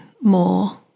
more